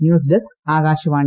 news desk Akashvani